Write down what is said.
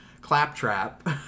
claptrap